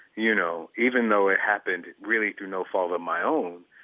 you know, even though it happened really through no fault of my own,